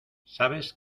sabes